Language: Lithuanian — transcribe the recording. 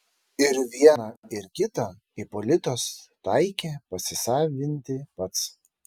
ir vieną ir kitą ipolitas taikė pasisavinti pats